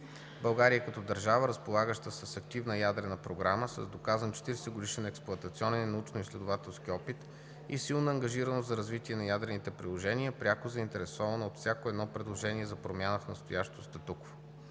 България като държава, разполагаща с активна ядрена програма, с доказан 40-годишен експлоатационен и научно-изследователски опит и силна ангажираност за развитие на ядрените приложения, е пряко заинтересована от всяко едно предложение за промяна в настоящото статукво.